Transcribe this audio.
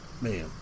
Man